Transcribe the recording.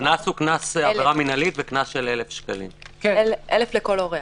-- 1,000 לכל אורח.